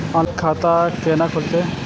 Online खाता केना खुलते?